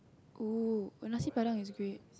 ooh got Nasi-Padang is great